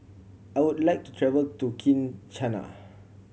I would like to travel to Kinshasa